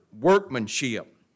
workmanship